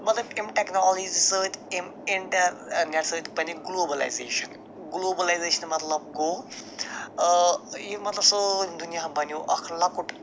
مطلب اَمہِ ٹٮ۪کنالزی سۭتۍ یِم اِنٛٹرنٮ۪ٹ سۭتۍ بنہِ گُلوبلایزیشن گُلوبلایزیشنہِ مطلب گوٚو یِم مطلب سٲلِم دُنیا بنیو اکھ لۄکُٹ